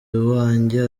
wanjye